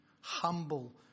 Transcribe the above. humble